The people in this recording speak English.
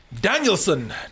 Danielson